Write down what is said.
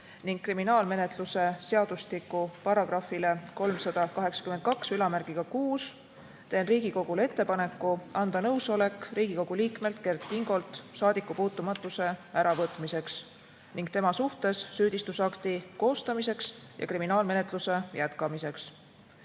ning kriminaalmenetluse seadustiku §-le 3826teen Riigikogule ettepaneku anda nõusolek Riigikogu liikmelt Kert Kingolt saadikupuutumatuse äravõtmiseks ning tema suhtes süüdistusakti koostamiseks ja kriminaalmenetluse jätkamiseks.